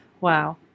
Wow